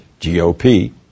GOP